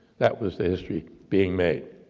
that was history being made.